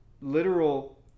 literal